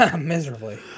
miserably